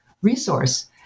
resource